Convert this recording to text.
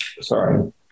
Sorry